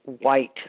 white